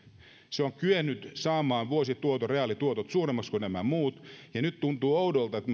se on kyennyt saamaan vuosituoton reaalituotot suuremmiksi kuin nämä muut ja nyt tuntuu oudolta että